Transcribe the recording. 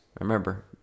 Remember